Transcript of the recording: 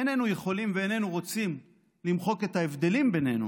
איננו יכולים ואיננו רוצים למחוק את ההבדלים בינינו,